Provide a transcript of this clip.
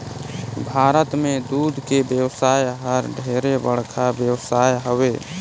भारत में दूद के बेवसाय हर ढेरे बड़खा बेवसाय हवे